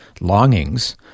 longings